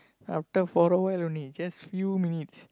after for a while only just few minutes